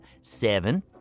seven